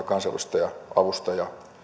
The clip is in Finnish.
kansanedustajan ja avustajan